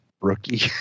rookie